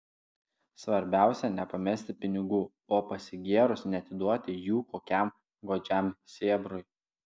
svarbiausia nepamesti pinigų o pasigėrus neatiduoti jų kokiam godžiam sėbrui